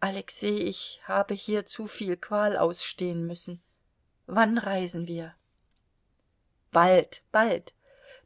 alexei ich habe hier zu viel qual ausstehen müssen wann reisen wir bald bald